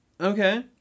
okay